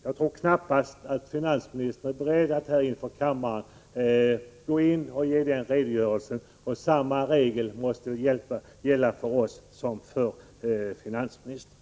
Jag tror knappast finansministern är beredd att inför kammaren ge en sådan redogörelse. Samma regler måste gälla för oss som för finansministern.